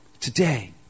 Today